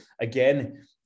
again